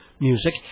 music